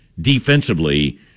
defensively